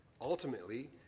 Ultimately